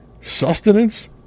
sustenance